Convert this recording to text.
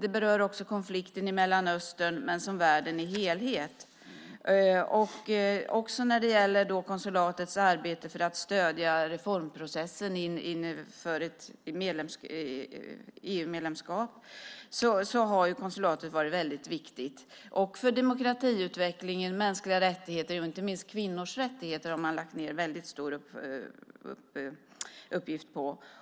Det berör också konflikten i Mellanöstern och världen i helhet. Också konsulatets arbete för att stödja reformprocessen inför EU-medlemskap har varit väldigt viktigt. Demokratiutvecklingen, mänskliga rättigheter och inte minst kvinnors rättigheter har man ägnat stor uppmärksamhet.